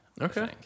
Okay